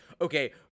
okay